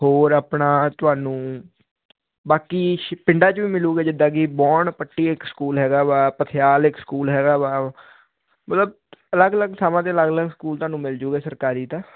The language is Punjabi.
ਹੋਰ ਆਪਣਾ ਤੁਹਾਨੂੰ ਬਾਕੀ ਪਿੰਡਾਂ ਚੋਂ ਵੀ ਮਿਲੂਗਾ ਜਿੱਦਾਂ ਕਿ ਬੋਂਡ ਪੱਟੀ ਸਕੂਲ ਹੈਗਾ ਵਾ ਪਥਿਆਲ ਇੱਕ ਸਕੂਲ ਹੈਗਾ ਵਾ ਮਤਲਵ ਅਲੱਗ ਅਲੱਗ ਥਾਵਾਂ ਤੇ ਅਲੱਗ ਅਲੱਗ ਸਕੂਲ ਤੁਹਾਨੂੰ ਮਿਲਜੂਗੇ ਸਰਕਾਰੀ ਤਾਂ